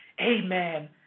amen